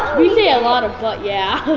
we say a lot of, but yeah.